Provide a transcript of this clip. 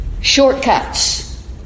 shortcuts